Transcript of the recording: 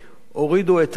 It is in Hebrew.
הורידו את הרף,